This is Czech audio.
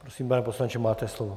Prosím, pane poslanče, máte slovo.